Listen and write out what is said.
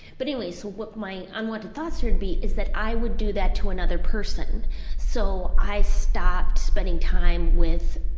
but anyways. so what my unwanted thoughts syndrome would be is that i would do that to another person so i stopped spending time with